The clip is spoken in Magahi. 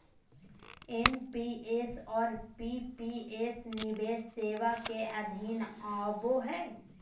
एन.पी.एस और पी.पी.एस निवेश सेवा के अधीन आवो हय